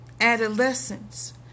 adolescence